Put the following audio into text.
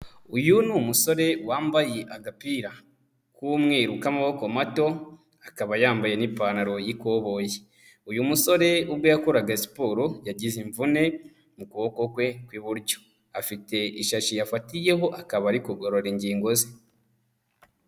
Uyu ni umusore wambaye agapira k'umweru k'amaboko mato, akaba yambaye n'ipantaro y'ikoboyi. Uyu musore ubwo yakoraga siporo yagize imvune mu kuboko kwe kw'iburyo. Afite ishashi yafatiyeho, akaba ari kugorora ingingo ze.